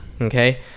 Okay